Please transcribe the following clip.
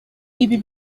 ibi